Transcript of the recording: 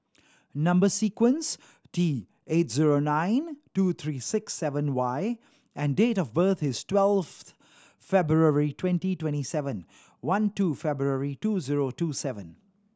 number sequence T eight zero nine two three six seven Y and date of birth is twelfth February twenty twenty seven one two February two zero two seven